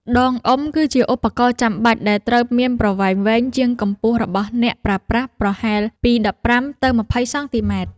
ដងអុំ គឺជាឧបករណ៍ចាំបាច់ដែលត្រូវមានប្រវែងវែងជាងកម្ពស់របស់អ្នកប្រើប្រាស់ប្រហែលពី ១៥ ទៅ ២០ សង់ទីម៉ែត្រ។